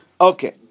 Okay